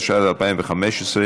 התשע"ה 2015,